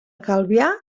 calvià